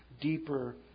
deeper